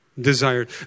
desired